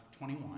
21